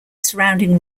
surrounding